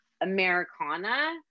Americana